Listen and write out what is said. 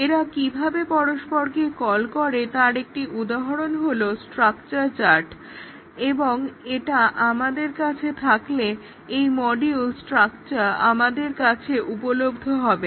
এরা কিভাবে পরস্পরকে কল করে তার একটি উদাহরণ হলো স্ট্রাকচার চার্ট এবং এটা আমাদের কাছে থাকলে এই মডিউল স্ট্রাকচার আমাদের কাছে উপলব্ধ হবে